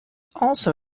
also